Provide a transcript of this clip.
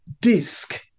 DISC